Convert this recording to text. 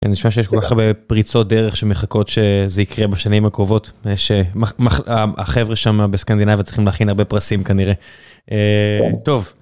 אני חושב שיש כל כך הרבה פריצות דרך שמחכות שזה יקרה בשנים הקרובות ושהחבר'ה שמה בסקנדינביה צריכים להכין הרבה פרסים כנראה. טוב!